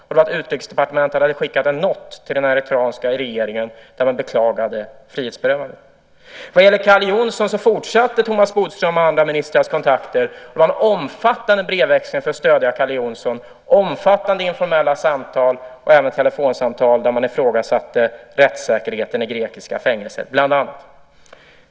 Det var att Utrikesdepartementet hade skickat en not till den eritreanska regeringen där man beklagade frihetsberövandet. Vad gäller Calle Jonsson fortsatte Thomas Bodströms och de andra ministrarnas kontakter. Det var en omfattande brevväxling för stöd av Calle Jonsson, omfattande informella samtal och även telefonsamtal där man bland annat ifrågasatte rättssäkerheten i grekiska fängelser.